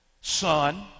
son